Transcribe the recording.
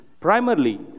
primarily